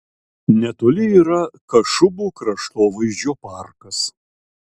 netoli yra kašubų kraštovaizdžio parkas